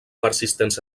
persistents